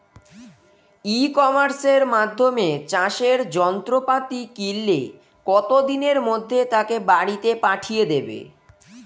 ই কমার্সের মাধ্যমে চাষের যন্ত্রপাতি কিনলে কত দিনের মধ্যে তাকে বাড়ীতে পাঠিয়ে দেবে?